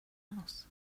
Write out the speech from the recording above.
house